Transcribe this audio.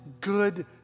good